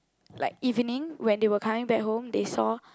like evening when they were coming back home they saw